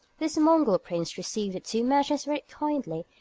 this mongol prince received the two merchants very kindly,